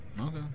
Okay